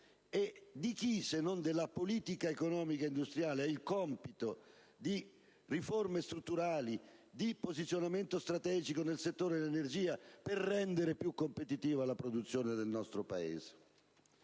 E di chi, se non della politica economica e industriale, è il compito di riforme strutturali e di posizionamento strategico nel settore dell'energia per rendere più competitiva la produzione del nostro Paese?